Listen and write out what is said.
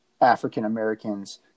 African-Americans